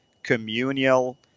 communal